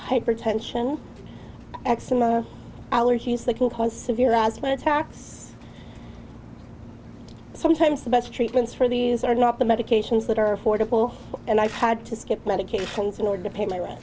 hypertension eczema allergies that can cause severe asthma attacks sometimes the best treatments for these are not the medications that are affordable and i had to skip medicaid funds in order to pay my rent